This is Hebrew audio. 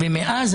ומאז,